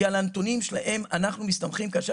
כי על הנתונים שלהם אנחנו מסתמכים כאשר